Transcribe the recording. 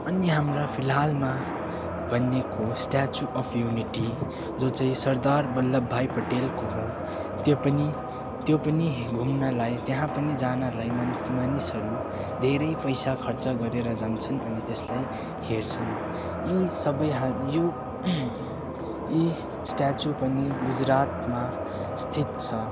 अनि हाम्रा फिलहालमा बनेको स्ट्याचु अफ युनिटी जो चाहिँ सरदार बल्लभ भाइ पटेलको हो त्यो पनि तयो पनि घुम्नलाई त्यहाँ पनि जानलाई मानिस मानिसहरू धेरै पैसा खर्च गरेर जान्छन् अनि त्यसलाई हेर्छन् यी सबै हामी यो यी स्ट्याचु पनि गुजरातमा स्थित छ